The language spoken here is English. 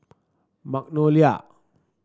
magnolia